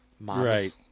Right